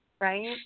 right